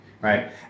right